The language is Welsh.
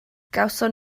gawson